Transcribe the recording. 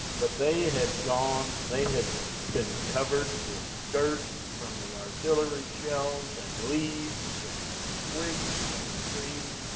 but they had gone. they had been covered with dirt, from the artillery shells, and leaves, and twigs, from the trees,